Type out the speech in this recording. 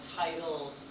titles